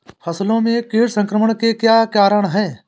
फसलों में कीट संक्रमण के क्या क्या कारण है?